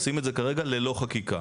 עושים את זה כרגע ללא חקיקה.